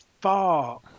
far